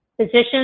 Physicians